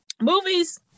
movies